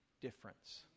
difference